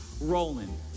rolling